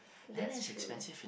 that's true